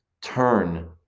turn